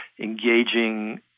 engaging